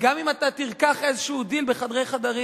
וגם אם אתה תרקח איזה דיל בחדרי חדרים,